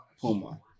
Puma